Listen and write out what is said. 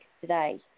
today